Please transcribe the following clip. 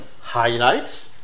highlights